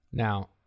Now